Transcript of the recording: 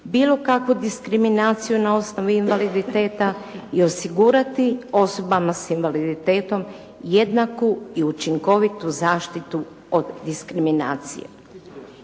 bilo kakvu diskriminaciju na osnovi invaliditeta i osigurati osobama s invaliditetom jednaku i učinkovitu zaštitu od diskriminacije.